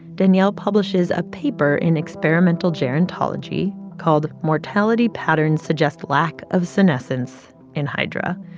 daniel publishes a paper in experimental gerontology called mortality patterns suggest lack of senescence in hydra,